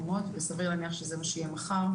וסביר להניח שזה מה שיהיה מחר.